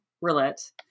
roulette